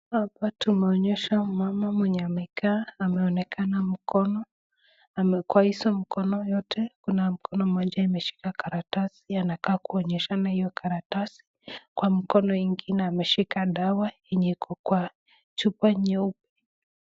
Hapa tumeonyeshwa mmama mwenye amekaa ameonekana mkono, kwa hizo mkono yote kuna mkono moja imeshika karatasi anakaa kunyeshana hiyo karatasi kwa mkono ingine ameshika dawa yenye iko kwa chupa nyeupe.